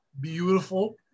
beautiful